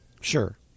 sure